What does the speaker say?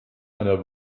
einer